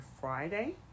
Friday